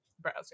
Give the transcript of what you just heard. browser